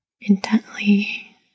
intently